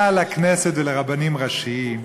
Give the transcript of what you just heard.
מה לכנסת ולרבנים ראשיים?